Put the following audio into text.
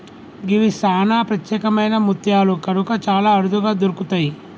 గివి సానా ప్రత్యేకమైన ముత్యాలు కనుక చాలా అరుదుగా దొరుకుతయి